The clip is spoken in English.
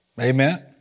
amen